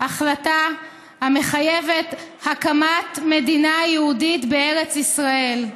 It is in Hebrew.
החלטה המחייבת הקמת מדינה יהודית בארץ ישראל,